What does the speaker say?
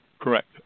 Correct